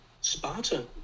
Sparta